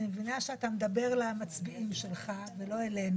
אני מבינה שאתה מדבר למצביעים שלך ולא אלינו.